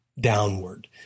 downward